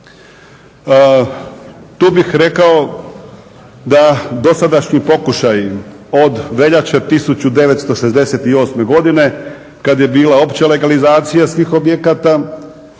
Tu bih rekao da dosadašnji pokušaji od veljače 1968. godine kad je bila opća legalizacija svih objekata,